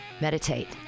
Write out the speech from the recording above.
Meditate